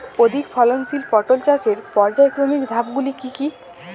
অধিক ফলনশীল পটল চাষের পর্যায়ক্রমিক ধাপগুলি কি কি?